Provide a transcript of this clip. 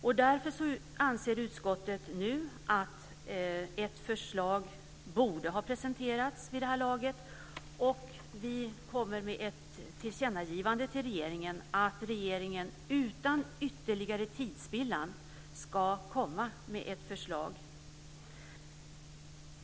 Utskottet anser att ett förslag vid det här laget borde ha presenterats, och vi kommer med ett tillkännagivande om att regeringen utan ytterligare tidsspillan ska komma med ett förslag.